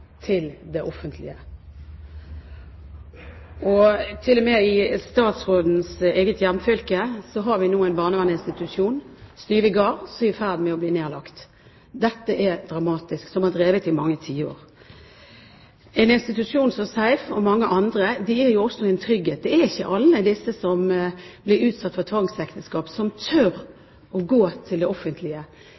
til det offentlige. Til og med i statsrådens eget hjemfylke har vi nå en barnevernsinstitusjon som er drevet i mange tiår, Styve Gard, som er i ferd med å bli nedlagt. Dette er dramatisk. Institusjoner som SEIF og mange andre er også en trygghet. Det er ikke alle disse som blir utsatt for tvangsekteskap, som tør å gå til det offentlige.